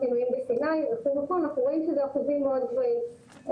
אנחנו רואים שזה אחוזים מאוד גבוהים,